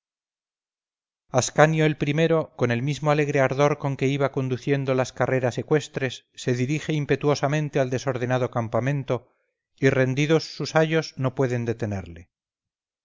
ascanio el primero con el mismo alegre ardor con que iba conduciendo las carreras ecuestres se dirige impetuosamente al desordenado campamento y rendidos sus ayos no pueden detenerle